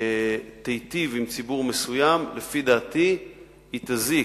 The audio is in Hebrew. תיטיב עם ציבור מסוים, לפי דעתי היא תזיק.